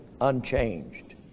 unchanged